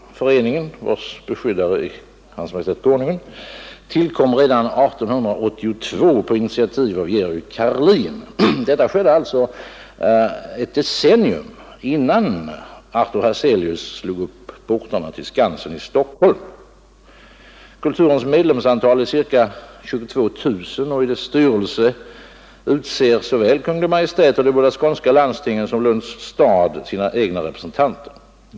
Föreningen, vars beskyddare är Konungen, tillkom redan 1882 på initiativ av Georg Karlin. Detta skedde alltså ett decennium innan Artur Hazelius slog upp portarna till Skansen i Stockholm. Kulturens medlemsantal är cirka 22 000 och i föreningens styrelse utser såväl Kungl. Maj:t och de båda skånska landstingen som Lunds stad sina egna representanter.